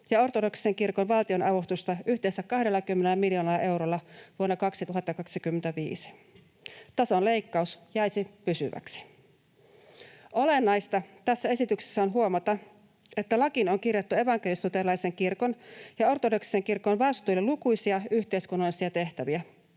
ja ortodoksisen kirkon valtionavustusta yhteensä 20 miljoonalla eurolla vuonna 2025. Tason leikkaus jäisi pysyväksi. Olennaista tässä esityksessä on huomata, että lakiin on kirjattu evankelis-luterilaisen kirkon ja ortodoksisen kirkon vastuille lukuisia yhteiskunnallisia tehtäviä,